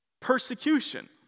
persecution